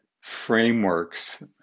frameworks